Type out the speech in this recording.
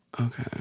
okay